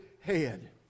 head